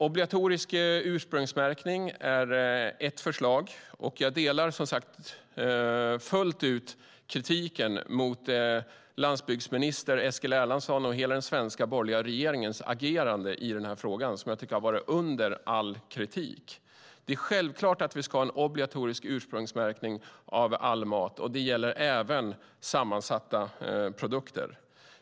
Obligatorisk ursprungsmärkning är ett förslag. Jag delar som sagt fullt ut kritiken mot landsbygdsminister Eskil Erlandsson och hela den svenska borgerliga regeringens agerande i frågan, som jag tycker har varit under all kritik. Det är självklart att vi ska ha en obligatorisk ursprungsmärkning av all mat. Det gäller även sammansatta produkter.